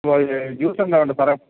juice എന്താ വേണ്ടത് സാറെ